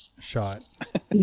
Shot